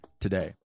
today